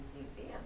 Museum